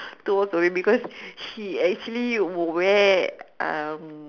to walk away because she actually would wear um